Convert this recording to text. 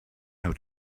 how